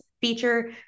feature